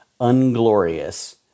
unglorious